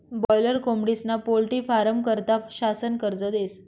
boiler कोंबडीस्ना पोल्ट्री फारमं करता शासन कर्ज देस